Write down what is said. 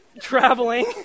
traveling